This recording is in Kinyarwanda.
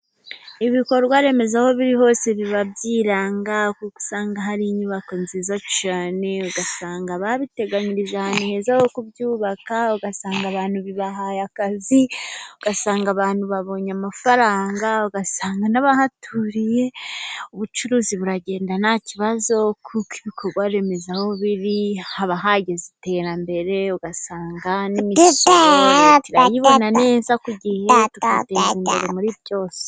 Ibikorwaremezo aho biri hose biba byiranga, kuko usanga hari inyubako nziza cyane, ugasanga babiteganyirije ahantu heza ho kubyubaka, ugasanga abantu bibahaye akazi, ugasanga abantu babonye amafaranga, ugasanga n'abahaturiye ubucuruzi buragendada nta kibazo, kuko ibikorwa remezo aho biri haba hageze iterambere, ugasanga n'imiso reta irayibona neza kugihe, tugatera imbere muri byose.